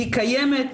היא קיימת.